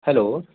hello